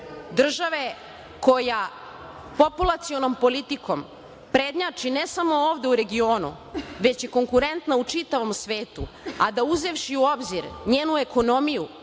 države koja populacionom politikom prednjači ne samo ovde u regionu, već je konkurentna u čitavom svetu, a da uzevši u obzir njenu ekonomiju